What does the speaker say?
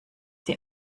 die